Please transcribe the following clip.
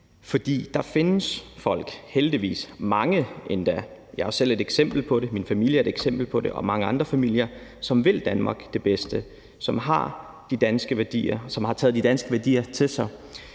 er det også – som vil Danmark det bedste, og som har taget de danske værdier til sig.